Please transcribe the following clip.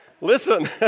Listen